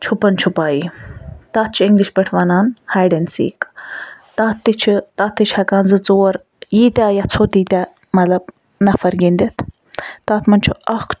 چھُپَن چھُپایی تتھ چھِ اِنٛگلِش پٲٹھۍ ونان ہایَڈ اینڈ سیٖک تتھ تہِ چھِ تتھ تہِ چھِ ہٮ۪کان زٕ ژور ییٖتیاہ یَژھو تیٖتیاہ مَطلَب نفر گِندِتھ تتھ مَنٛز چھُ اکھ